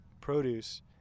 produce